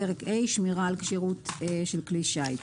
98.שמירה על הכשירות של כלי שיט